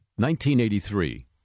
1983